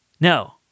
No